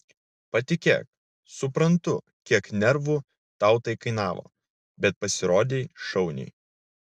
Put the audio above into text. patikėk suprantu kiek nervų tau tai kainavo bet pasirodei šauniai